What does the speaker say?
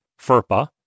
FERPA